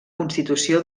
constitució